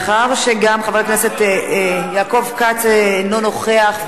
מאחר שחבר הכנסת יעקב כץ אינו נוכח,